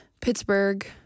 Pittsburgh